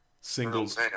singles